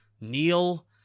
Neil